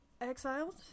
Exiled